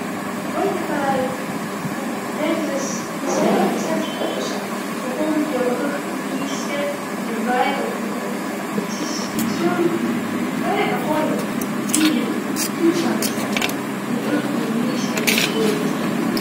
Vaihõpääl, ku sa elätki sääntseh kotussõh, koh omgi joba õhk niiskõ ja väega kuum, sis sul om väega halv viil küdsämidsega tuud õhku niiskõmbas ja kuumõmbas tetäq.